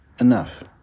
enough